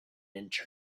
inch